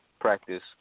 practice